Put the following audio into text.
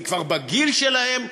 אני כבר בגיל שלהם,